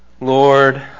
Lord